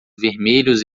vermelhos